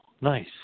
Nice